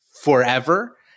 forever